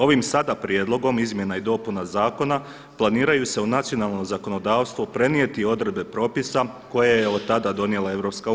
Ovim sada prijedlogom izmjena i dopuna zakona planiraju se u nacionalno zakonodavstvo prenijeti odredbe propise koje je od tada donijela EU.